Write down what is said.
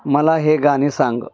मला हे गाणे सांग